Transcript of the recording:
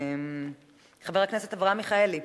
חבר הכנסת אברהם מיכאלי,